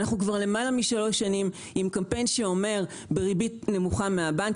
אנחנו כבר למעלה משלוש שנים עם קמפיין שאומר בריבית נמוכה מהבנק,